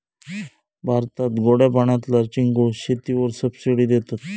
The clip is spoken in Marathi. भारतात गोड्या पाण्यातल्या चिंगूळ शेतीवर सबसिडी देतत